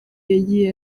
yagiye